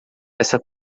essa